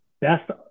best